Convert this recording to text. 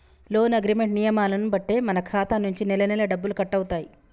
loan agreement నియమాలను బట్టే మన ఖాతా నుంచి నెలనెలా డబ్బులు కట్టవుతాయి